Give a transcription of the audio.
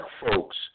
folks